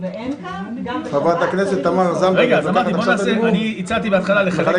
המדינה הזאת היא מדינה